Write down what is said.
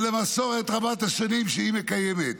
ולמסורת רבת-השנים שהיא מקיימת.